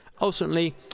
Ultimately